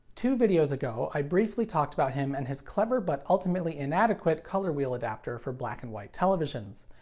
two videos ago i briefly talked about him and his clever but ultimately inadequate color wheel adapter for black and white televisions.